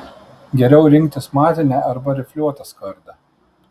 geriau rinktis matinę arba rifliuotą skardą